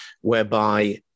whereby